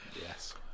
Yes